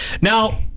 Now